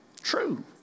True